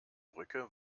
brücke